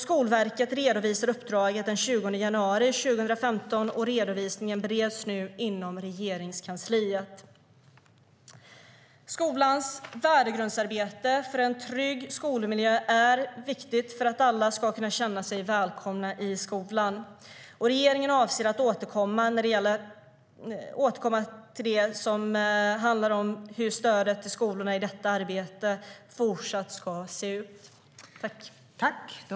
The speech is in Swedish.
Skolverket redovisade uppdraget den 20 januari 2015, och redovisningen bereds nu inom Regeringskansliet.